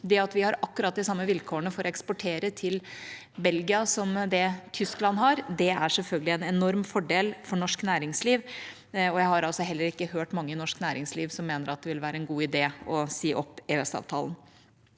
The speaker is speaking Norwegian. vi har akkurat de samme vilkårene for å eksportere til Belgia som det Tyskland har, er selvfølgelig en enorm fordel for norsk næringsliv. Jeg har heller ikke hørt mange i norsk næringsliv som mener at det vil være en god idé å si opp EØS-avtalen.